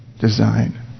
design